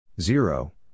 Zero